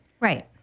Right